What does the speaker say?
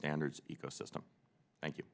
standards ecosystem thank you